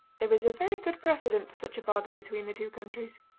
there is a very good precedent for such a bargain between the two countries.